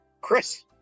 Chris